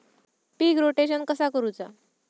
पीक rotation कसा करूचा?